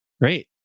great